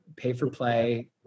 pay-for-play